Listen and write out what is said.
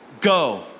go